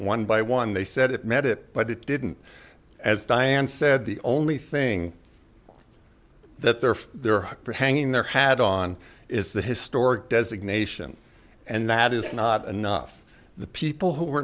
one by one they said it meant it but it didn't as diane said the only thing that they're there for hanging their hat on is the historic designation and that is not enough the people who were